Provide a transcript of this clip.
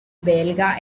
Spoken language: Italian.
belga